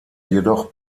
jedoch